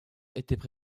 étaient